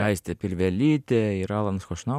aistė pilvelytė ir alanas chošnau